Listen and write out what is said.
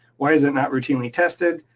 why is it not routinely tested?